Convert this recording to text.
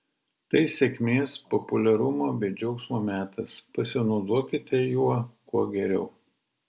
tai sėkmės populiarumo bei džiaugsmo metas pasinaudokite juo kuo geriau